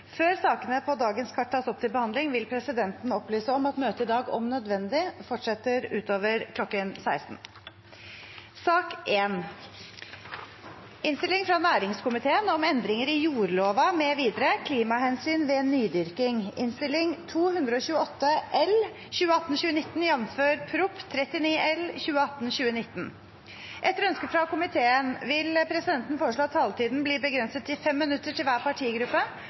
Før sakene på dagens kart tas opp til behandling, vil presidenten opplyse om at møtet i dag om nødvendig fortsetter utover kl. 16. Etter ønske fra næringskomiteen vil presidenten foreslå at taletiden blir begrenset til 5 minutter til hver partigruppe